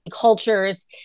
cultures